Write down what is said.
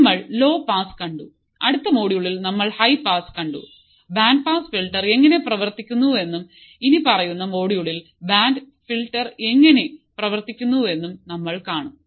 നമ്മൾ low pass കണ്ടു അടുത്ത മൊഡ്യൂളിൽ നമ്മൾ ഹൈപാസ് കണ്ടു ബാൻഡ് പാസ് ഫിൽട്ടർ എങ്ങനെ പ്രവർത്തിക്കുന്നുവെന്നും ഇനിപ്പറയുന്ന മൊഡ്യൂളിൽ ബാൻഡ് ഫിൽട്ടർ എങ്ങനെ പ്രവർത്തിക്കുന്നുവെന്നും നമ്മൾ കാണും